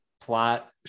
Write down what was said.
plot